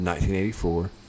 1984